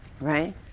right